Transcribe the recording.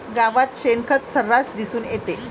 गावात शेणखत सर्रास दिसून येते